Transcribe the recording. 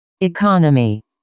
Economy